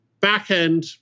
back-end